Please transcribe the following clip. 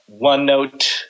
OneNote